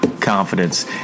confidence